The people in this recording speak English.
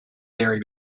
vary